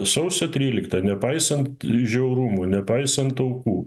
sausio trylikta nepaisant žiaurumų nepaisant aukų